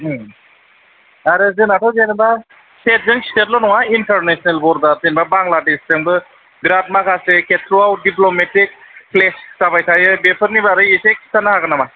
उम आरो जोंनाथ' जेनेबा स्टेटजों स्टेटल' नङा इटारनेशनेल बरडार जेनोबा बांग्लादेशजोंबो बेराद माखासे खेथ्र'आव डिप्ल'मेटिक क्लेश जाबाय थायो बेफोरनि बागै एसे खिन्थानो हागोन नामा